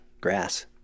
grass